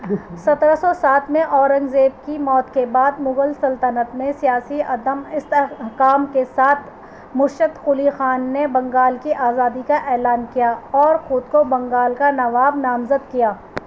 سترہ سو سات میں اورنگ زیب کی موت کے بعد مغل سلطنت میں سیاسی عدم استحکام کے ساتھ مرشد قلی خان نے بنگال کی آزادی کا اعلان کیا اور خود کو بنگال کا نواب نامزد کیا